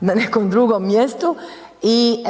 na nekom drugom mjestu i